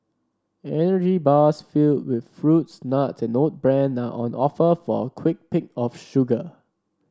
energy bars filled with fruits nuts and oat bran are on offer for a quick pick of sugar